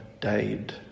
died